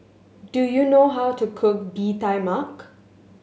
do you know how to cook Bee Tai Mak